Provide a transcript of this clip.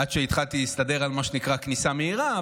עד שהתחלתי להסתדר על מה שנקרא כניסה מהירה,